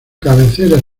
cabecera